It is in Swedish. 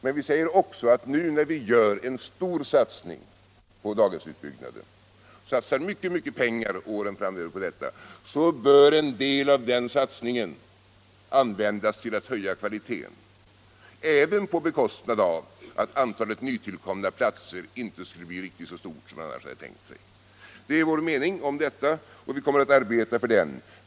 Men vi säger också att nu när vi gör en stor satsning på daghemsutbyggnaden -— vi satsar mycket pengar åren framöver på detta = bör en del av den satsningen användas för att höja kvaliteten - även på bekostnad av att antalet nytillkomna platser inte blir riktigt lika stort som annars. Det är vår mening om detta, och vi kommer att arbeta för den.